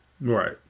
Right